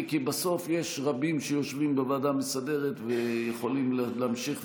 כי בסוף יש רבים שיושבים בוועדה המסדרת ויכולים להמשיך,